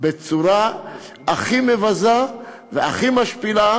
בצורה הכי מבזה והכי משפילה.